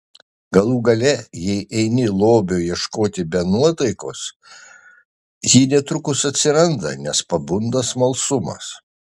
galų gale jei eini lobio ieškoti be nuotaikos ji netrukus atsiranda nes pabunda smalsumas